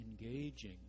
engaging